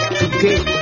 today